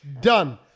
Done